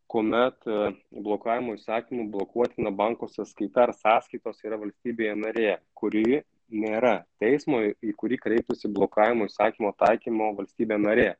kuomet blokavimo įsakymu blokuotina banko sąskaita ar sąskaitos yra valstybėje narėje kuri nėra teismo į kurį kreiptųsi blokavimo įsakymo taikymo valstybė narė